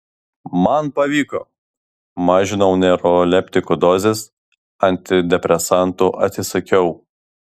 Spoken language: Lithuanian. man pavyko mažinau neuroleptikų dozes antidepresantų atsisakiau